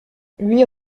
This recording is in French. huit